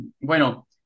bueno